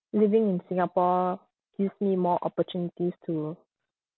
living in singapore you see more opportunities to